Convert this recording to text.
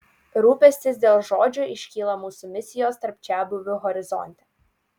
rūpestis dėl žodžio iškyla mūsų misijos tarp čiabuvių horizonte